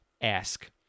ask